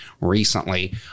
recently